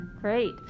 Great